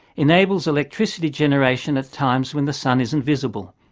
enables electricity generation at times when the sun isn't visible.